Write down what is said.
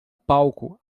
palco